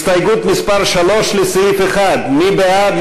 הסתייגות מס' 3 לסעיף 1: מי בעד?